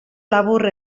labur